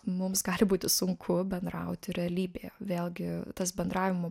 mums gali būti sunku bendrauti realybėje vėlgi tas bendravimų